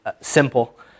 simple